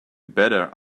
better